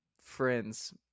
friends